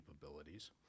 capabilities